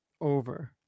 over